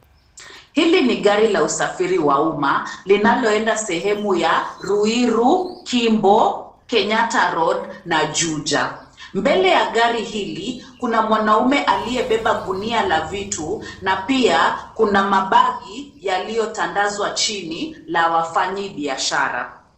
Hili ni gari la usafiri wa uma linaloenda sehemu ya Ruiru, Kimbo, Kenyatta Road na Juja. Mbele ya gari hili kuna mwanaume aliyebeba gunia la vitu na pia kuna mabegi yaliyotandazwa chini la wafanyi biashara.